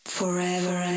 Forever